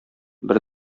бер